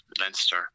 Leinster